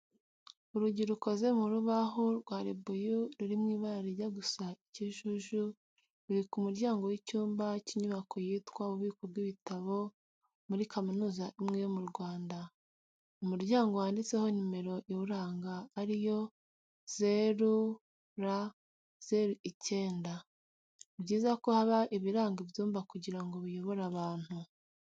Urugi rukoze mu rubahu rwa ribuyu ruri mu ibara rijya gusa ikijuju ruri ku muryango w'icyumba cy'inyubako yitwa ububiko bw'ibitabo muri kaminuza imwe yo mu Rwanda. Ni umuryango wanditseho nimero iwuranga ari yo "OR09''. Ni byiza ko haba ibiranga ibyumba kugirango biyobore abantu.